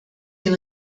den